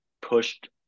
pushed